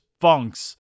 Funks